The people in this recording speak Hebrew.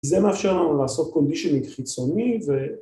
‫זה מאפשר לנו לעשות ‫קונדישינינג חיצוני ו...